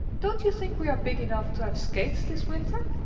don't you think we are big enough to have skates this winter?